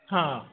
ହଁ